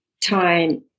time